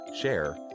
share